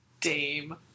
Dame